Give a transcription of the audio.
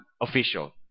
official